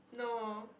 no